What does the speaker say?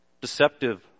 deceptive